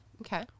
Okay